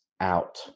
out